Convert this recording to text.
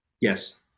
Yes